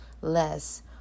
less